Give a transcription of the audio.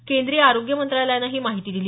केंद्रीय आरोग्य मंत्रालयानं ही माहिती दिली